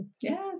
Yes